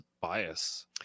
bias